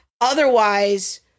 Otherwise